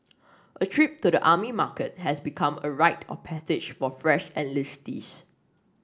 a trip to the army market has become a rite of passage for fresh enlistees